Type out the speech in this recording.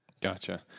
Gotcha